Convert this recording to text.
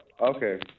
okay